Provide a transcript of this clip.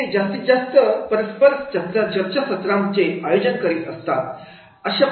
ते जास्तीत जास्त परस्पर चर्चासत्रांचे आयोजन करीत असतात